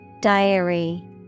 Diary